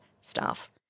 staff